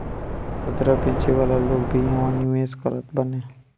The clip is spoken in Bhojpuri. खुदरा बेचे वाला लोग भी इहवा निवेश करत बाने